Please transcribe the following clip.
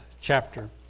chapter